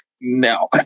No